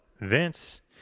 vince